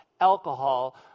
alcohol